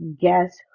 guess